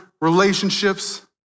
relationships